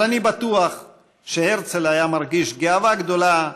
אבל אני בטוח שהרצל היה מרגיש גאווה גדולה,